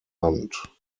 hunt